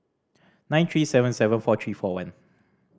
nine three seven seven four three four one